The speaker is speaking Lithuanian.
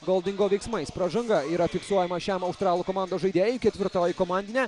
holdingo veiksmais pražanga yra fiksuojama šiam australų komandos žaidėjui ketvirtoji komandinė